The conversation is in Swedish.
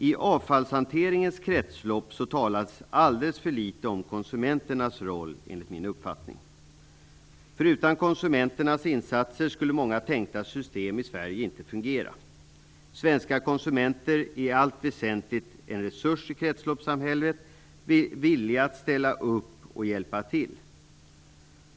I avfallshanteringens kretslopp talas det enligt min uppfattning alldeles för litet om konsumenternas roll. Utan konsumenternas insatser skulle många tänkta system i Sverige i inte fungera. Svenska konsumenter är i allt väsentligt en resurs i kretsloppssamhället, villiga att ställa upp och hjälpa till.